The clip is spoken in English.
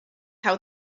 how